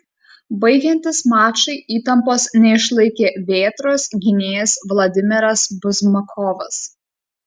baigiantis mačui įtampos neišlaikė vėtros gynėjas vladimiras buzmakovas